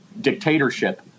dictatorship